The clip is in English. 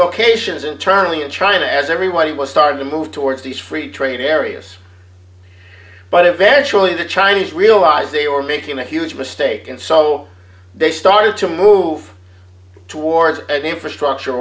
dislocations internally in china as everybody was starting to move towards these free trade areas but eventually the chinese realized they were making a huge mistake and so they started to move towards an infrastructure